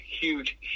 huge